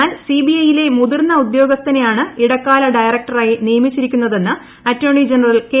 എന്നാൽ സിബിഐ യിലെ മുതിർന്ന ഉദ്യോഗസ്ഥനെയാണ് ഇടക്കാല ഡയറകട്റായി നിയമിച്ചിരിക്കുന്നതെന്ന് അറ്റോണി ജനറൽ കെ